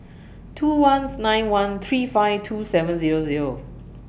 two once nine one three five two seven Zero Zero